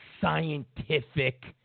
scientific